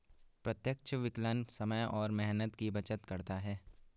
प्रत्यक्ष विकलन समय और मेहनत की बचत करता है